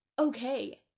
okay